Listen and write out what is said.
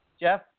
Jeff